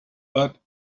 but